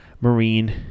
marine